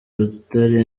rotary